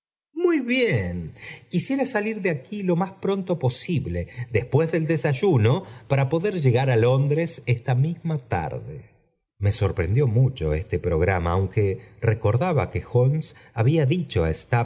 y en quisiera salir de aquí lo más pronto posible después del desayuno para poder llegar á londres esta misma tarde me sorprendió mucho este programa aunque recordaba que molinos había dicho